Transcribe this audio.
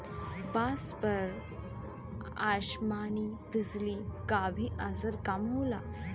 बांस पर आसमानी बिजली क भी असर कम होला